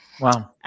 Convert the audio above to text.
Wow